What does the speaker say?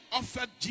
offered